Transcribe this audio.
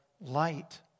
light